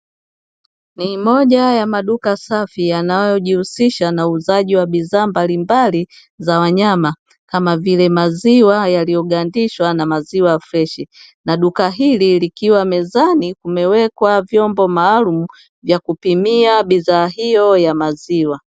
Ni moja ya maduka safi yanayojihusisha na uuzaji wa bidhaa mbalimbali za wanyama kama vile maziwa yaliyogandishwa na maziwa freshi, na duka hili likiwa mezani kumewekwa vyombo maalumu vya kupimia bidhaa hiyo ya maziwa.